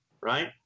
right